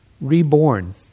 reborn